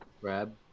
Grab